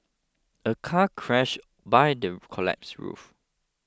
a car crushed by the collapsed roof